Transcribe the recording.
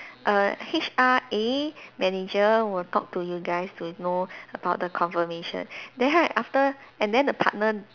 err H_R A manager will talk to you guys to know about the confirmation then right after and then the partner